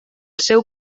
seu